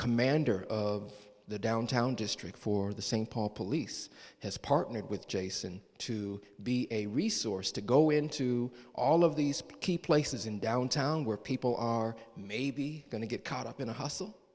commander of the downtown district for the st paul police has partnered with jason to be a resource to go into all of these key places in downtown where people are maybe going to get caught up in a hos